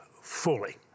fully